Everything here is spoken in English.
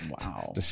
Wow